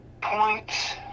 points